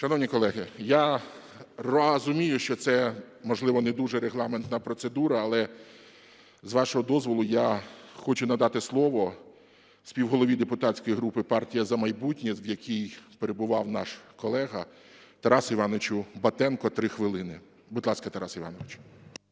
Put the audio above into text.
Шановні колеги, я розумію, що це, можливо, не дуже регламентна процедура. Але, з вашого дозволу, я хочу надати слово співголові депутатської групи "Партія "За майбутнє", в якій перебував наш колега, Тарасу Івановичу Батенку. 3 хвилини, будь ласка, Тарас Іванович.